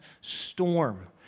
storm